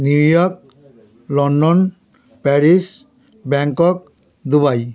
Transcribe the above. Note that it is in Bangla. new York London Paris Bangkok Dubai